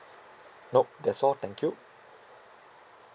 nope that's all thank you